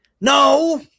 No